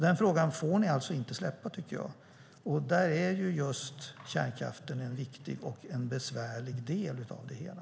Den frågan får ni inte släppa, och just kärnkraften en viktig och besvärlig del av det hela.